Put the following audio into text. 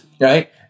Right